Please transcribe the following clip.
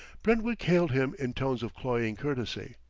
brentwick hailed him in tones of cloying courtesy.